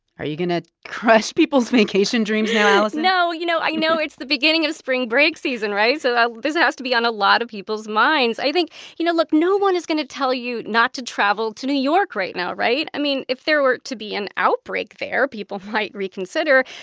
are you going to crush people's vacation dreams now, allison? no. you know, i know it's the beginning of spring break season, right? so this has to be on a lot of people's minds. i think you know, look no one is going to tell you not to travel to new york right now, right? i mean, if there were to be an outbreak there, people might reconsider.